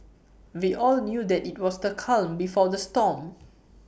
we all knew that IT was the calm before the storm